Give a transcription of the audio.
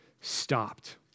stopped